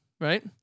right